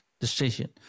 decision